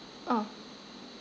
uh